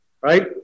right